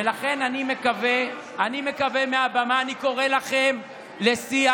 ולכן מהבמה אני קורא לכם לשיח.